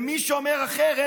ומי שאומר אחרת,